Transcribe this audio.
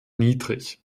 niedrig